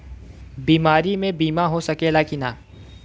बीमारी मे बीमा हो सकेला कि ना?